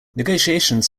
negotiations